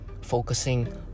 focusing